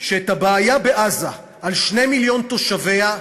שאת הבעיה בעזה, על שני מיליון תושביה,